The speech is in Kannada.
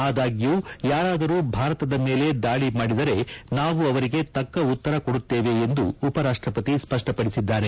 ಆದಾಗ್ಯೂ ಯಾರಾದರೂ ಭಾರತದ ಮೇಲೆ ದಾಳಿ ಮಾಡಿದರೆ ನಾವು ಅವರಿಗೆ ತಕ್ಕ ಉತ್ತರ ಕೊಡುತ್ತೇವೆ ಎಂದು ಸ್ಪಷ್ಟಪಡಿಸಿದ್ದಾರೆ